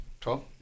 Twelve